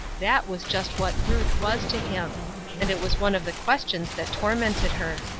that was just what ruth was to him and it was one of the questions that tormented her.